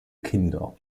kinder